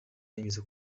unyuze